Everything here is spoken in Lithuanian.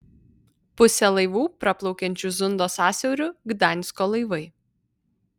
pusė laivų praplaukiančių zundo sąsiauriu gdansko laivai